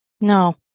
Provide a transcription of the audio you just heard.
No